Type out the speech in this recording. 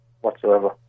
whatsoever